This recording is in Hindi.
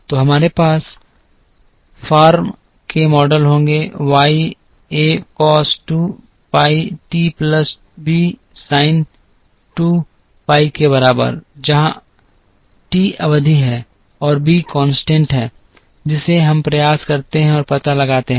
तो हमारे पास फॉर्म के मॉडल होंगे y एक cos 2 pi t plus b sin 2 pi t के बराबर है जहाँ t अवधि है और b एक स्थिरांक है जिसे हम प्रयास करते हैं और पता लगाते हैं